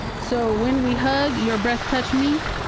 so when we hugged, your breast touched me?